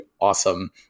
awesome